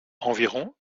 environ